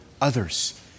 others